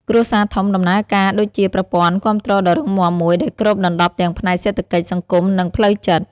គ្រួសារធំដំណើរការដូចជាប្រព័ន្ធគាំទ្រដ៏រឹងមាំមួយ ដែលគ្របដណ្តប់ទាំងផ្នែកសេដ្ឋកិច្ច សង្គម និងផ្លូវចិត្ត។